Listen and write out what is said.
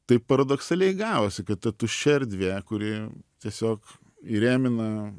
taip paradoksaliai gavosi kad ta tuščia erdvė kuri tiesiog įrėmina